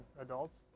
adults